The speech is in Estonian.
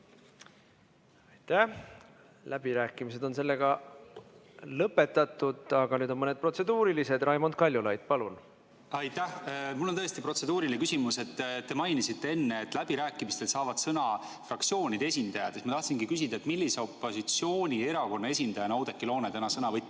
palun! Läbirääkimised on lõpetatud, aga nüüd on mõned protseduurilised küsimused. Raimond Kaljulaid, palun! Aitäh! Mul on tõesti protseduuriline küsimus. Te mainisite enne, et läbirääkimistel saavad sõna fraktsioonide esindajad. Ma tahtsingi küsida, millise opositsioonierakonna esindajana Oudekki Loone täna sõna võttis.